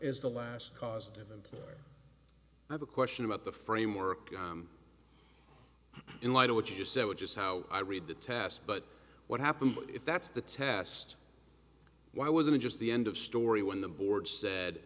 is the last causative employer i have a question about the framework in light of what you just said which is how i read the task but what happens if that's the test why wasn't just the end of story when the board said